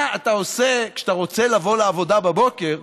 מה אתה עושה כשאתה רוצה לבוא לעבודה בבוקר,